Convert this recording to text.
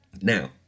Now